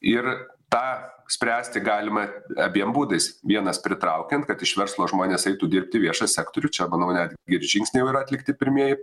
ir tą spręsti galima abiem būdais vienas pritraukiant kad iš verslo žmonės eitų dirbti viešą sektorių čia manau net ir žingsniai jau yra atlikti pirmieji